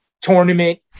tournament